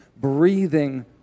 breathing